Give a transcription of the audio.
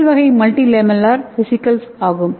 முதல் வகை multilamellar vesicles ஆகும்